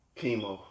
Chemo